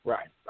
Right